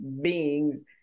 beings